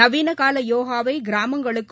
நவீனகாலயோகாவைகிராமங்களுக்கும்